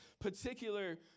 particular